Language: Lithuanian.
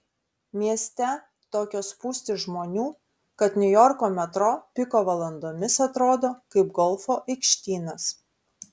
mieste tokios spūstys žmonių kad niujorko metro piko valandomis atrodo kaip golfo aikštynas